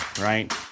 right